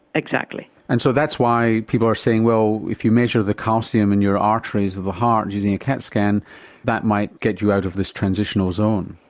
exactly. and so that's why people are saying well if you measure the calcium in your arteries of the heart using a cat scan that might get you out of this transitional zone?